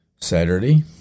Saturday